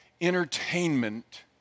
entertainment